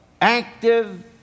Active